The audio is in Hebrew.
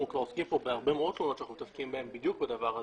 הרבה מאוד תלונות שאנחנו מתעסקים בהן הן בדיוק על הדבר הזה,